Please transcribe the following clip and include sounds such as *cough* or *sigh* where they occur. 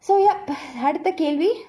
so what *noise* அடுத்த கேள்வி:adutha kaelvi